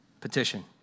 petition